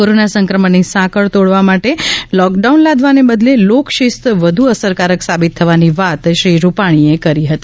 corona સંક્રમણની સાંકળ તોડવા માટે લોકડાઉન લાદવાને બદલે લોક શિસ્ત વધુ અસરકારક સાબિત થવાની વાત શ્રી રૂપાણીએ કરી હતી